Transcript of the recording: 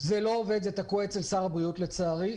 זה לא עובד, זה תקוע אצל שר הבריאות, לצערי.